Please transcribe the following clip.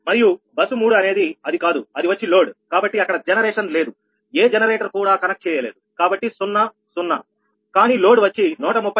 మరియు బస్సు 3 అనేది అది కాదు అది వచ్చి లోడ్ కావున అక్కడ జనరేషన్ లేదు ఏ జనరేటర్ కూడా కనెక్ట్ చేయలేదు కనుక అది 0 కానీ లోడ్ వచ్చి 138